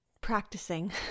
practicing